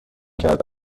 کرده